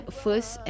first